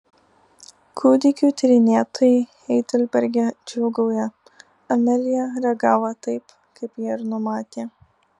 kūdikių tyrinėtojai heidelberge džiūgauja amelija reagavo taip kaip jie ir numatė